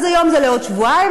אז היום זה לעוד שבועיים,